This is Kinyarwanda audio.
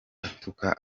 atuka